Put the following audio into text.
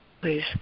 please